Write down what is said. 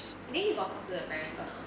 then you got talk to her parents [one] or not